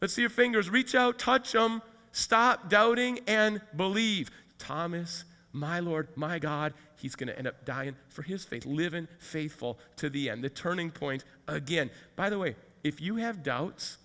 but see fingers reach out touch him stop doubting and believe thomas my lord my god he's going to end up dying for his faith live in faithful to the end the turning point again by the way if you have doubts